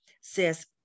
says